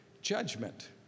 judgment